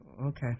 Okay